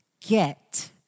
get